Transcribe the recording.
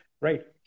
right